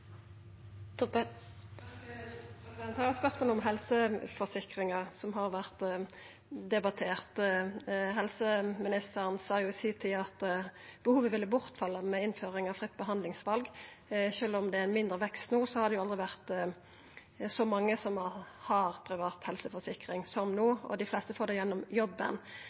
har eit spørsmål om helseforsikringar, som har vore debattert. Helseministeren sa i si tid at behovet ville falla bort ved innføringa av fritt behandlingsval. Sjølv om det er ein mindre vekst no, har det jo aldri vore so mange som har privat helseforsikring som no, og dei fleste får det gjennom jobben.